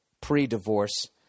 pre-divorce